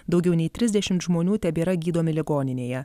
daugiau nei trisdešimt žmonių tebėra gydomi ligoninėje